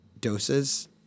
doses